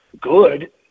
good